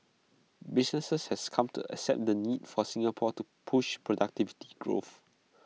businesses have come to accept the need for Singapore to push productivity growth